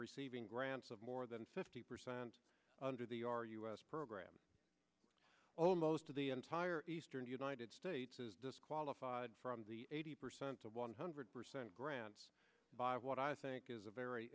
receiving grants of more than fifty percent under the our us program oh most of the entire eastern united states is disqualified from the eighty percent of one hundred percent grants by what i think is a very